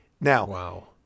Now